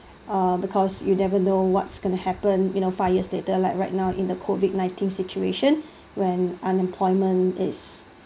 uh because you never know what's gonna happen you know five years later like right now in the COVID nineteen situation when unemployment is